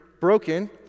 broken